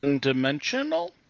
dimensional